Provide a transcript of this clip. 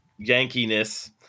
yankiness